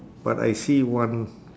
but I see one